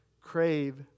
crave